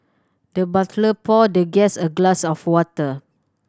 the butler poured the guest a glass of water